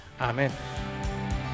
Amen